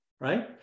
right